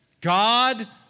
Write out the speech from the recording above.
God